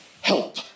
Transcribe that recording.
help